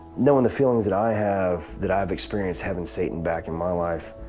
knowing the feelings that i have that i've experienced having satan back in my life,